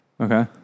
Okay